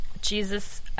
Jesus